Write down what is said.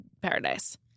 Paradise